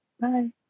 Bye